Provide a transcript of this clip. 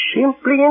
simply